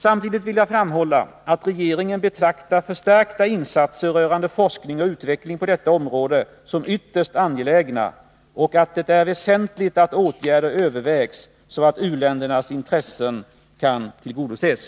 Samtidigt vill jag framhålla att regeringen betraktar förstärkta insatser rörande forskning och utveckling på detta område som ytterst angelägna och att det är väsentligt att åtgärder övervägs så att u-ländernas intressen kan tillgodoses.